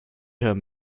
him